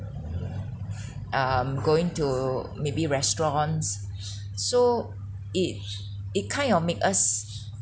um going to maybe restaurants so it it kind of make us